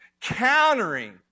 countering